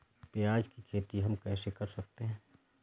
प्याज की खेती हम कैसे कर सकते हैं?